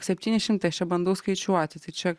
septyni šimtai aš čia bandau skaičiuoti tai čia